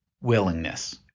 willingness